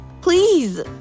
please